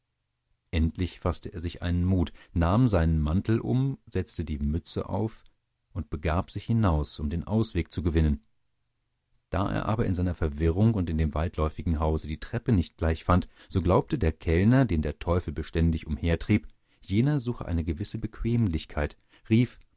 endlich faßte er sich einen mut nahm seinen mantel um setzte die mütze auf und begab sich hinaus um den ausweg zu gewinnen da er aber in seiner verwirrung und in dem weitläufigen hause die treppe nicht gleich fand so glaubte der kellner den der teufel beständig umhertrieb jener suche eine gewisse bequemlichkeit rief